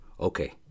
okay